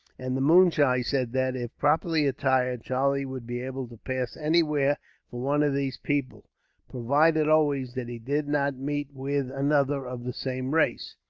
and the moonshee said that, if properly attired, charlie would be able to pass anywhere for one of these people provided, always, that he did not meet with another of the same race.